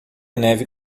neve